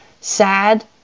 Sad